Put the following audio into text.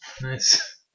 Nice